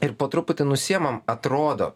ir po truputį nusiimam atrodo